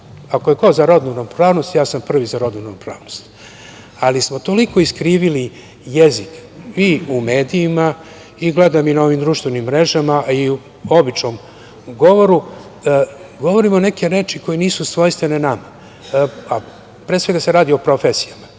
ako je ko za rodnu ravnopravnost, ja sam prvi za rodnu ravnopravnost, ali smo toliko iskrivili jezik i u medijima, gledam i na ovim društvenim mrežama, a i u običnom govoru, govorimo neke reči koje nisu svojstvene nama. Pre svega se radi o profesijama.